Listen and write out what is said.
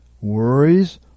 worries